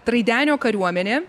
traidenio kariuomenė